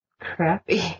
crappy